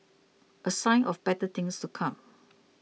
a sign of better things to come